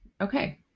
okay